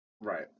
Right